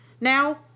now